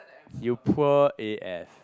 you poor A F